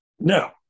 No